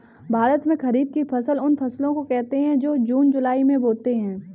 भारत में खरीफ की फसल उन फसलों को कहते है जो जून जुलाई में बोते है